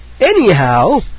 Anyhow